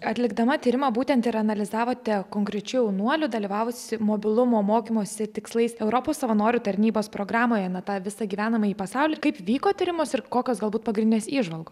atlikdama tyrimą būtent ir analizavote konkrečių jaunuolių dalyvavusių mobilumo mokymosi tikslais europos savanorių tarnybos programoje na tą visą gyvenamąjį pasaulį ir kaip vyko tyrimas ir kokios galbūt pagrindinės įžvalgos